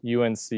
UNC